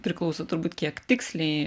priklauso turbūt kiek tiksliai